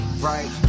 right